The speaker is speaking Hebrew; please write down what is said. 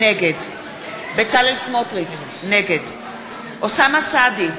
נגד בצלאל סמוטריץ, נגד אוסאמה סעדי,